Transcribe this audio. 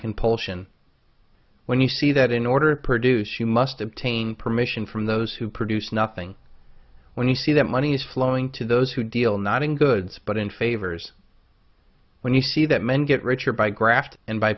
compulsion when you see that in order to produce you must obtain permission from those who produce nothing when you see that money is flowing to those who deal not in goods but in favors when you see that men get richer by graft and b